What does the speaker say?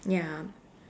ya